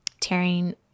tearing